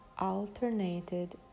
alternated